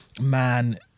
man